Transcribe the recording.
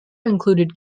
included